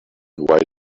white